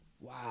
Wow